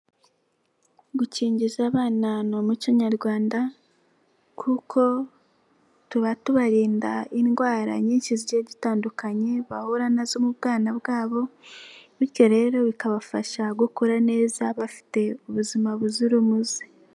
Gukingiza abana ni umuco nyarwanda, kuko tuba tubarinda indwara nyinshi zigiye zitandukanye, bahura nazo mu bwana bwabo, bityo rero bikabafasha gukura neza bafite ubuzima buzira umuze.